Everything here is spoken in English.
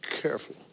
careful